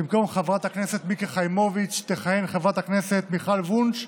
במקום חברת הכנסת מיקי חיימוביץ' תכהן חברת הכנסת מיכל וונש.